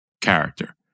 character